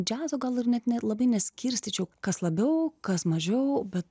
džiazo gal ir net nelabai neskirstyčiau kas labiau kas mažiau bet